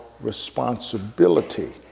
responsibility